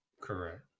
correct